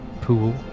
pool